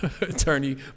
Attorney